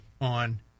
on